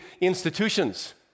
institutions